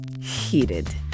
heated